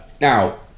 Now